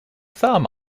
thumb